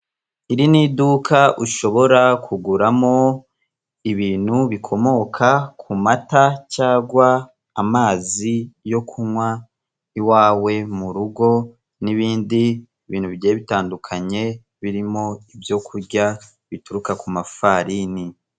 Iri ni iduka ushobora kuguramo ibintu bikomoka ku mata cyangwa amazi yo kunywa iwawe mu rugo, n'ibindi bintu bigiye bitandukanye, birimo ibyo kurya bituruka ku mafarini.